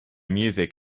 music